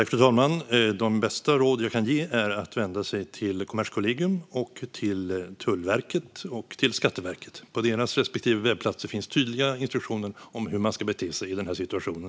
Fru talman! De bästa råd jag kan ge är att vända sig till Kommerskollegium, Tullverket och Skatteverket. På deras respektive webbplatser finns tydliga instruktioner för alla företagare om hur man ska bete sig i den här situationen.